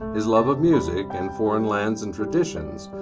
his love of music and foreign lands and traditions.